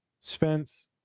Spence